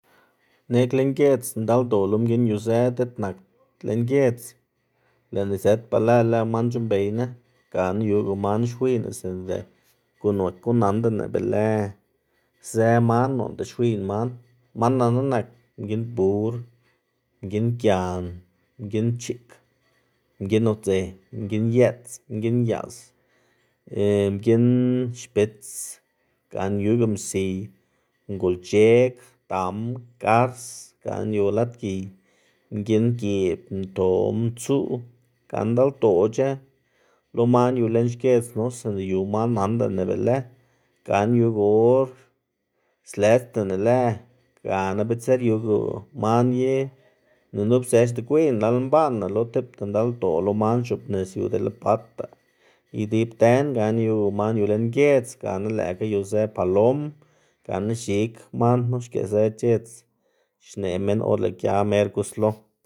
neꞌg lën giedz ndaldoꞌ lo mginn yuzë diꞌt nak lën giedz, lëꞌná izët belë lë man c̲h̲uꞌnnbeyná gana yuga man xwiyná sinda guꞌn naku, nandaná be lëzë man noꞌnda xwiyná man. Man nanná nak mginn bur, mginn gian, mginn chiꞌk, mginn udze, mginn yeꞌts, mginn yaꞌs, mginn xpits. Gana yuga msiy, ngolc̲h̲eg, dam, gars, gana yu lad giy, mginn giꞌb, mto, mtsuꞌ gana ndaldoꞌc̲h̲a lo man yu lën xkiedznu, sinda yu man nandná be lë gana yuga or slelëdzdaná lë gana bitser yuga man i nup zëxda gwiyná lal mbaꞌnná lo tipta ndaldoꞌ lo man xc̲h̲oꞌbnis yu dele bata idib dën gana yuga man yu lën giedz gana lëꞌkga yuzë palom gana x̱ig, man knu xkëꞌzë c̲h̲edz xneꞌ minn or lëꞌ gia mer guslo.